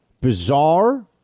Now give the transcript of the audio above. bizarre